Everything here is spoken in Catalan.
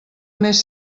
més